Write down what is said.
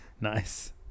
Nice